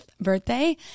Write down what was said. birthday